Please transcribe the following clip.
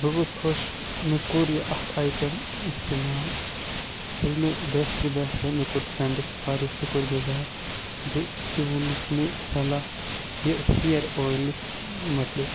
بہٕ گوس خۄش مےٚ کوٚر یہِ اکھ اَیٹَم اِستعمال ییٚلہِ مےٚ بہتری باسے مےٚ کوٚر فرنڈَس واریاہ شُکُر گُزار زِ تہِ وُوٚنُتھ مےٚ صَلَح یہِ ہیَر اۄیٚلَس مُتعلِق